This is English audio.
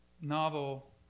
novel